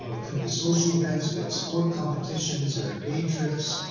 so it could be social events, we have sport competitions, there are day trips.